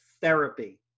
therapy